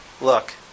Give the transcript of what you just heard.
Look